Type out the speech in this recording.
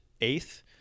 eighth